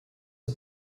the